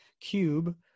cube